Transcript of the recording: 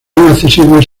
accesibles